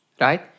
Right